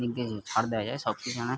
ছাড় দেয়া যায় সবকিছু মানে